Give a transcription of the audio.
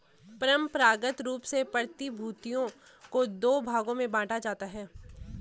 परंपरागत रूप से प्रतिभूतियों को दो भागों में बांटा जाता है